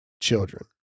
children